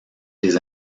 les